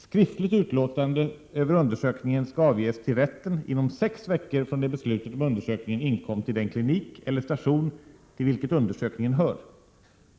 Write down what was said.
Skriftligt utlåtande över undersökningen skall avges till rätten inom sex veckor från det beslutet om undersökningen inkom till den klinik eller station till vilken undersökningen hör.